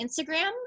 Instagram